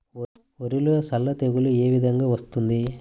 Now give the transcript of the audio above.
వరిలో సల్ల తెగులు ఏ విధంగా వస్తుంది?